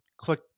click